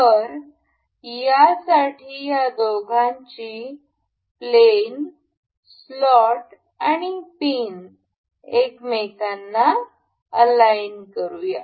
तर या साठी या दोघांची प्लेन स्लॉट आणि पिन एकमेकांना अलाइन करूया